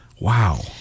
Wow